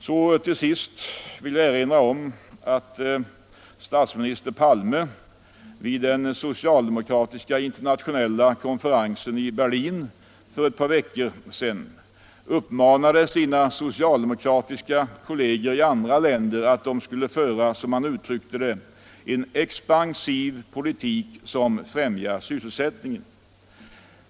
Slutligen vill jag erinra om att statsminister Palme vid den socialdemokratiska internationella konferensen i Berlin för ett par veckor sedan uppmanade sina socialdemokratiska kolleger i andra länder att föra en som han uttryckte det expansiv politik, som främjar sysselsättningen.